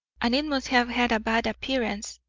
and it must have had a bad appearance.